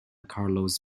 carlos